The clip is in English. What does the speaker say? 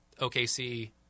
OKC